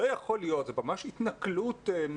זה ממש התנכלות.